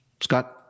Scott